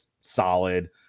solid